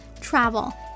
travel